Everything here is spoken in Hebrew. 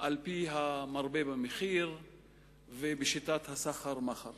על-פי המרבה במחיר ובשיטת הסחר-מכר.